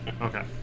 Okay